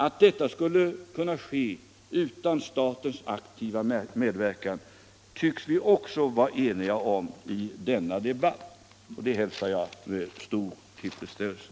Att detta skulle kunna ske utan statens aktiva medverkan tycks vi också vara eniga om i denna debatt, och det hälsar jag med stor tillfredsställelse.